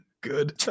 Good